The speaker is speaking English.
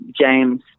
James